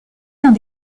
dans